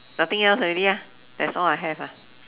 nothing else already ah that's all I have ah